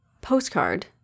postcard